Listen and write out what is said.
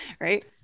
right